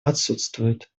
отсутствует